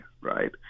right